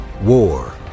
war